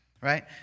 Right